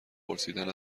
پرسیدن